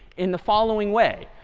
in the following way.